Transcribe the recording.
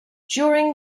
during